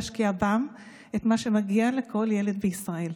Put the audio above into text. המסגרת האחרונה שיכלה להשקיע בהם את מה שמגיע לכל ילד בישראל.